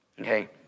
Okay